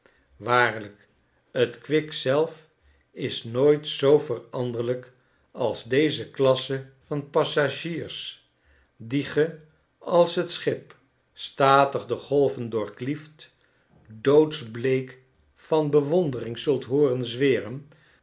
waarlijk t kwik zelf is nooit zoo veranderlijk als deze klasse van passagiers die ge als het schip statig de golven doorklieft doodsbleek van bewondering zult hooren zweren